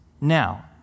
Now